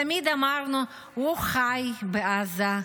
תמיד אמרנו שהוא חי בעזה,